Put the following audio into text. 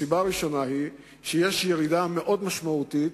הסיבה הראשונה היא, שיש ירידה מאוד משמעותית